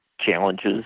challenges